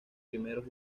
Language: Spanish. primeros